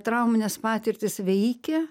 traumines patirtis veikia